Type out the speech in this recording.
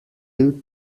two